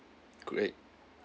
great